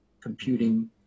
computing